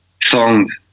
songs